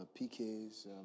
PK's